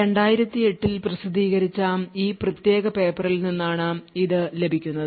2008 ൽ പ്രസിദ്ധീകരിച്ച ഈ പ്രത്യേക പേപ്പറിൽ നിന്നാണ് ഇത് ലഭിക്കുന്നത്